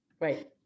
right